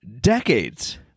Decades